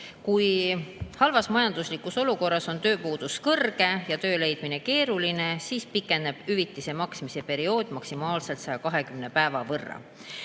kui halvas majanduslikus olukorras on tööpuudus kõrge ja töö leidmine keeruline, siis pikeneb hüvitise maksmise periood maksimaalselt 120 päeva võrra. Nüüd